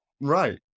right